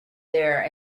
there